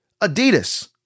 Adidas